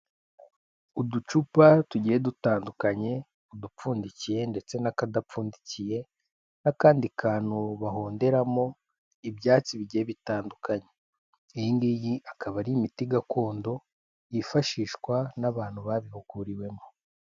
Uducupa tugiye dutandukanye, udupfundikiye ndetse n'akadapfundikiye n'akandi kantu bahonderamo ibyatsi bigiye bitandukanye, iyi ngiyi akaba ari imiti gakondo yifashishwa n'abantu babihuguriwemo.